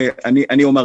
והמלצות.